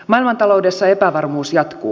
maailmantaloudessa epävarmuus jatkuu